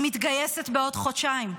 היא מתגייסת בעוד חודשיים.